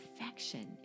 affection